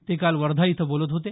ते काल वर्धा इथं बोलत होते